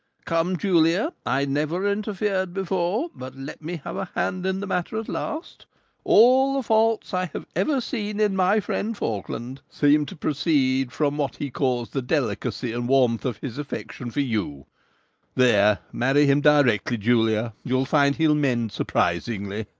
come, julia, i never interfered before but let me have a hand in the matter at last all the faults i have ever seen in my friend faulkland seemed to proceed from what he calls the delicacy and warmth of his affection for you there, marry him directly, julia you'll find he'll mend surprisingly!